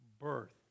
birth